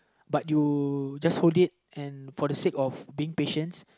but you just hold it and for the sake of being patience